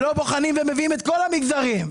לא בוחנים, ומביאים את כל המגזרים.